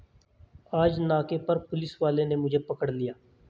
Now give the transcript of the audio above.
आज नाके पर पुलिस वाले ने मुझे पकड़ लिया